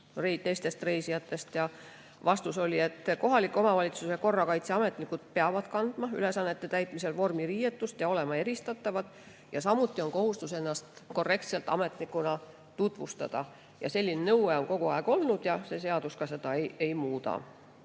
teistest reisijatest? Vastus oli, et kohaliku omavalitsuse korrakaitseametnikud peavad ülesannete täitmisel kandma vormiriietust, seega olema eristatavad. Samuti on kohustus ennast korrektselt ametnikuna tutvustada. Selline nõue on kogu aeg olnud ja see seadus seda ei muuda.